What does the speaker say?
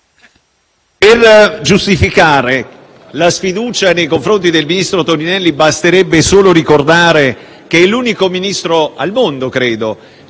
per giustificare la sfiducia nei confronti del ministro Toninelli basterebbe solo ricordare che è l'unico Ministro delle